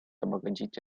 обогатить